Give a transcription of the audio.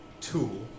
tool